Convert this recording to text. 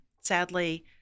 sadly